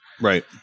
Right